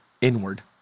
inward